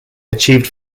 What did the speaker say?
achieved